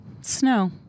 Snow